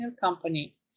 company